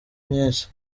myinshi